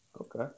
Okay